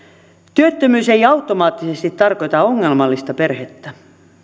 työttömyys ei automaattisesti tarkoita ongelmallista perhettä